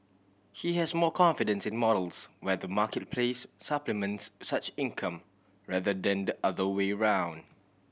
he has more confidence in models where the marketplace supplements such income rather than the other way around